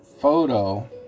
photo